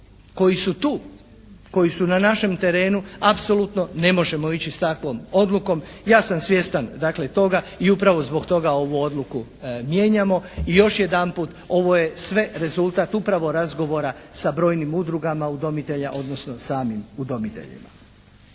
koji su tu, koji su na našem terenu apsolutno ne možemo ići sa takvom odlukom. Ja sam svjestan dakle toga i upravo zbog toga ovu odluku mijenjamo i još jedanput ovo je sve rezultat upravo razgovora sa brojnim udrugama udomitelja, odnosno samim udomiteljima.